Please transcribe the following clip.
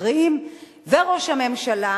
השרים וראש הממשלה